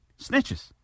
Snitches